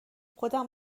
خودم